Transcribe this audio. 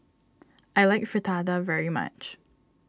I like Fritada very much